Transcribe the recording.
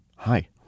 Hi